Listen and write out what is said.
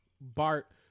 Bart